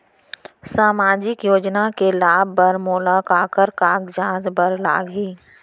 सामाजिक योजना के लाभ बर मोला काखर कागजात बर लागही?